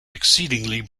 exceedingly